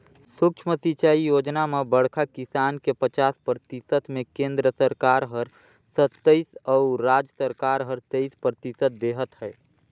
सुक्ष्म सिंचई योजना म बड़खा किसान के पचास परतिसत मे केन्द्र सरकार हर सत्तइस अउ राज सरकार हर तेइस परतिसत देहत है